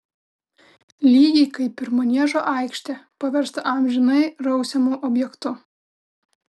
lygiai kaip ir maniežo aikštę paverstą amžinai rausiamu objektu